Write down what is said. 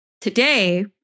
Today